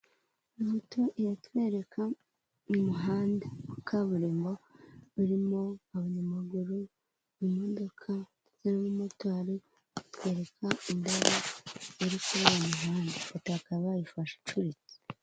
Ifoto iratwereka mu muhanda wa kaburimbo urimo abanyamaguru, imodoka ndetse n'abamotari ikatwereka indabo ziri kuri uwo muhanda, ifoto bakaba bayifashe icuritse.